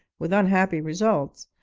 with unhappy results,